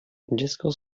dziecko